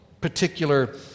particular